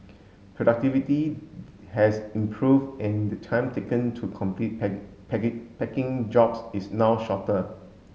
productivity has improved and the time taken to complete packing jobs is now shorter